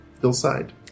hillside